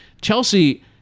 Chelsea